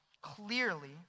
clearly